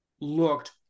looked